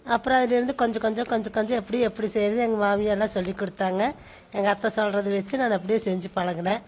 அப்புறம் அதுலேருந்து கொஞ்சம் கொஞ்சம் கொஞ்சம் கொஞ்சம் எப்படி எப்படி செய்கிறது எங்கள் மாமியார்லாம் சொல்லி கொடுத்தாங்க எங்கள் அத்தை சொல்கிறத வச்சு நான் அதை அப்படியே செஞ்சு பழகினேன்